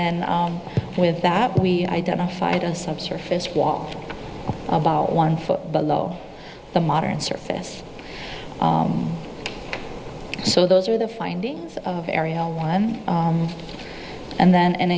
then with that we identified a subsurface wall about one foot below the modern surface so those are the findings of area one and then and